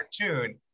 cartoon